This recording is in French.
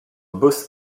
boss